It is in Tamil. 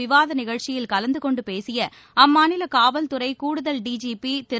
விவாத நிகழ்ச்சியில் கலந்து கொண்டு பேசிய அம்மாநில காவல்துறை கூடுதல் டிஜபி திரு